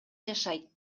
жашайт